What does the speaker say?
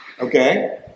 Okay